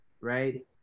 right